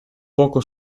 poco